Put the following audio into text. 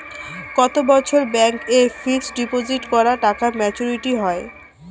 কত বছরে ব্যাংক এ ফিক্সড ডিপোজিট করা টাকা মেচুউরিটি হয়?